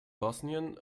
bosnien